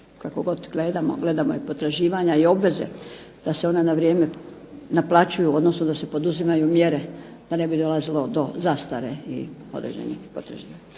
kako god gledamo, gledamo i potraživanja i obveze da se ona na vrijeme naplaćuju, odnosno da se poduzimaju mjere da ne bi dolazilo do zastare određenih potraživanja.